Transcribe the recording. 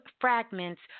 fragments